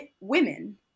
women